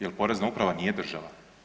Jel' Porezna uprava nije država?